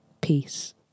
Peace